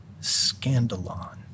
scandalon